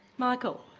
michael.